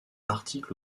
articles